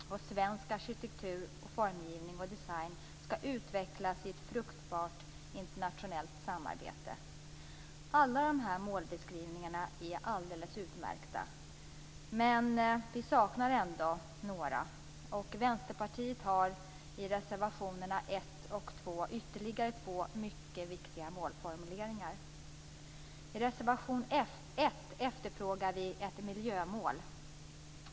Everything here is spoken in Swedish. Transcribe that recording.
Svensk arkitektur, formgivning och design skall utvecklas i ett fruktbart internationellt samarbete. Alla dessa målbeskrivningar är alldeles utmärkta, men vi saknar ändå några. Vänsterpartiet har i reservationerna 1 och 2 ytterligare två mycket viktiga målformuleringar. I reservation 1 efterfrågar vi ett miljömål.